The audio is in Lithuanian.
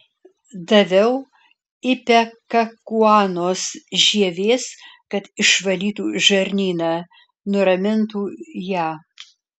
daviau ipekakuanos žievės kad išvalytų žarnyną nuramintų ją